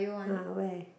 uh where